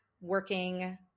working